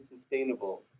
sustainable